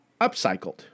upcycled